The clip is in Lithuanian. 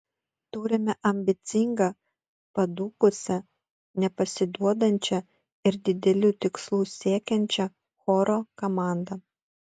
turime ambicingą padūkusią nepasiduodančią ir didelių tikslų siekiančią choro komandą